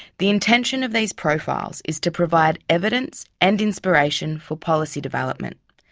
the intention of these profiles is to provide evidence and inspiration for policy development,